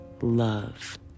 love